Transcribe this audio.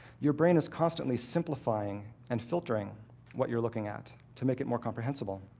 your brain is constantly simplifying and filtering what you're looking at to make it more comprehensible.